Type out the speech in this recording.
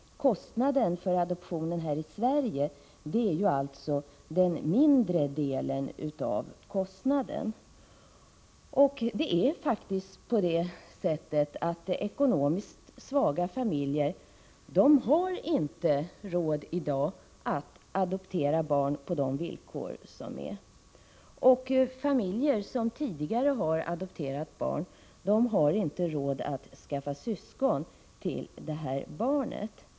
Kostnaden för adoptionen här i Sverige är den mindre delen av utgifterna. Ekonomiskt svaga familjer har faktiskt inte råd i dag att adoptera barn på de villkor som gäller. Familjer som tidigare har adopterat barn har inte råd att skaffa syskon till det barnet.